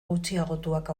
gutxiagotuak